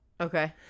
Okay